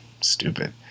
stupid